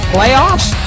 Playoffs